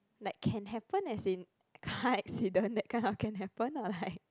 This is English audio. like can happen as in car accident that kind of can happen or like